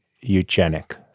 eugenic